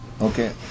Okay